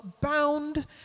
bound